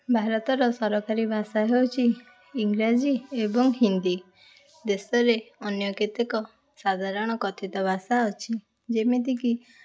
ଭାରତର ସରକାରୀ ଭାଷା ହେଉଛି ଇଂରାଜୀ ଏବଂ ହିନ୍ଦୀ ଦେଶରେ ଅନ୍ୟ କେତେକ ସାଧାରଣ କଥିତ ଭାଷା ଅଛି ଯେମିତି କି